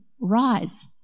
rise